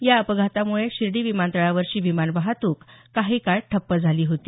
या अपघातामुळे शिर्डी विमानतळावरची विमान वाहतुक काही काळ ठप्प झाली होती